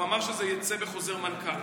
הוא אמר שזה יצא בחוזר מנכ"ל.